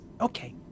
Okay